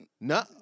No